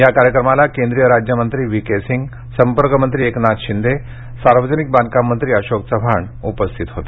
या कार्यक्रमाला केंद्रीय राज्यमंत्री व्ही के सिंग संपर्कमंत्री एकनाथ शिंदे सार्वजनिक बांधकाम मंत्री अशोक चव्हाण उपस्थित होते